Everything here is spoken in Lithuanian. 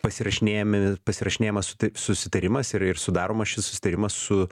pasirašinėjami pasirašinėjamas suta susitarimas ir ir sudaromas šis susitarimas su